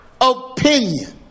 opinion